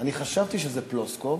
אני חשבתי שזה פלוסקוב,